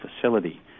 facility